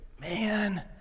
Man